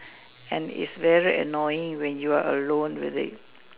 and is very annoying when you are alone with it